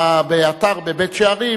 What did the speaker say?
באתר בבית-שערים,